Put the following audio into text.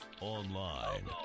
Online